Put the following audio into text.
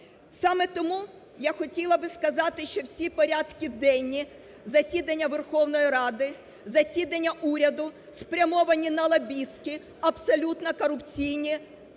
Саме тому я хотіла би сказати, що всі порядки денні засідання Верховної Ради, засідання уряду спрямовані на лобістські, абсолютно корупційні